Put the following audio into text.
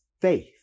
faith